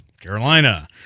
Carolina